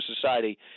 society